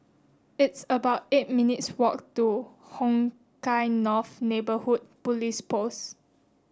it's about eight minutes' walk to Hong Kah North Neighbourhood Police Post